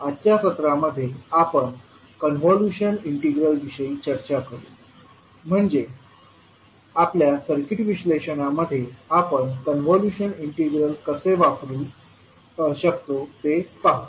आजच्या सत्रामध्ये आपण कॉन्व्होल्यूशन इंटिग्रल विषयी चर्चा करू म्हणजे आपल्या सर्किट विश्लेषणामध्ये आपण कॉन्व्होल्यूशन इंटिग्रल कसे वापरू शकतो ते पाहू